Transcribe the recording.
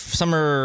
summer